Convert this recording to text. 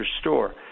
store